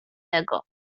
tego